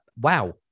Wow